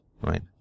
right